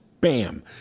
Bam